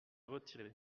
retirer